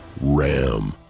Ram